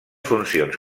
funcions